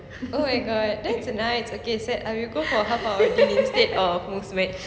oh my god that's nice okay set I will go for half of our deen instead of Muzmatch